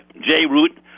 J-Root